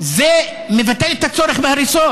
מבטל את הצורך בהריסות,